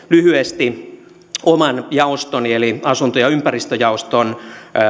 lyhyesti oman jaostoni eli asunto ja ympäristöjaoston